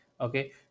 okay